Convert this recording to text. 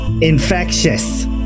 infectious